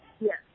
yes